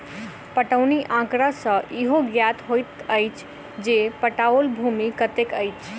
पटौनी आँकड़ा सॅ इहो ज्ञात होइत अछि जे पटाओल भूमि कतेक अछि